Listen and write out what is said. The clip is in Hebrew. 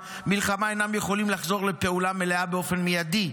אינם יכולים לחזור לפעולה מלאה באופן מיידי,